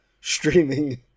streaming